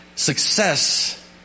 Success